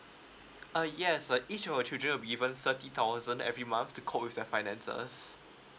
err yes err each of your children will be given thirty thousand every month to cope with their finances